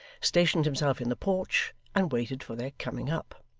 stationed himself in the porch, and waited for their coming up.